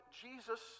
Jesus